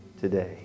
today